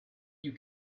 you